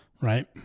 right